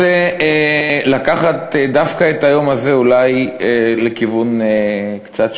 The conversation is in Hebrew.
אני רוצה לקחת את היום הזה דווקא לכיוון אולי שונה קצת: